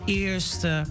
eerste